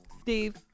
Steve